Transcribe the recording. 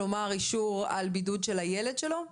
כלומר אישור על בידוד של הילד שלו?